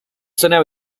zona